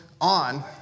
on